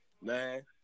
man